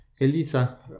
Elisa